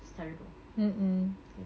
it's terrible